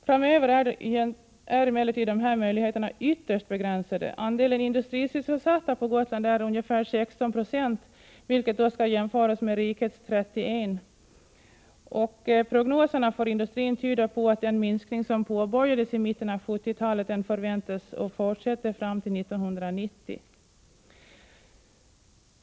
Framöver är emellertid de här möjligheterna ytterst begränsade. Andelen industrisysselsatta på Gotland är ca 16 96, vilket skall jämföras med rikets 31 2, och prognoserna för industrin tyder på att den minskning som påbörjades i mitten av 1970-talet väntas fortsätta fram till 1990.